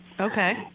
okay